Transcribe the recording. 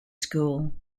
school